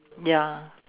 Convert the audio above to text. ya